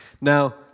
Now